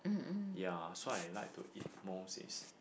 ya so I like to eat most is